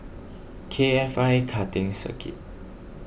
K F I Karting Circuit